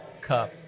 cup